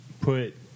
put